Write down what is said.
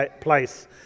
place